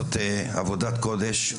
זאת עבודת קודש,